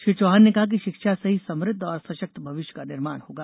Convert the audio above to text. श्री चौहान ने कहा कि शिक्षा से ही समृद्ध और सशक्त भविष्य का निर्माण होगा